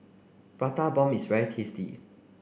Prata bomb is very tasty